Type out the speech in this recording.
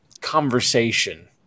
conversation